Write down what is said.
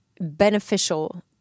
beneficial